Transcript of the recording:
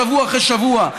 שבוע אחרי שבוע,